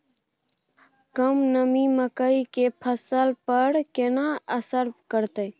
कम नमी मकई के फसल पर केना असर करतय?